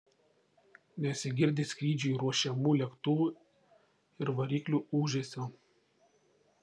nesigirdi skrydžiui ruošiamų lėktuvų ir variklių ūžesio